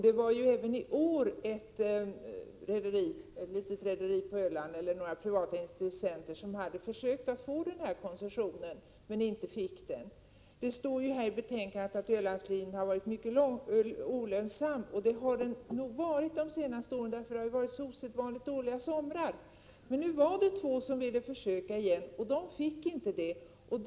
Det var även i år ett litet rederi på Öland, eller åtminstone några privata intressenter, som hade försökt få denna koncession men inte fick den. Det står i betänkandet att Ölandslinjen har varit mycket olönsam. Det har den nog också varit de senaste åren, för det har ju varit osedvanligt dåliga somrar. Nu var det dock två som ville försöka igen, men det fick de inte.